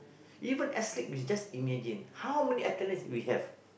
even S-League is just imagine how many athletes we have